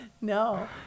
no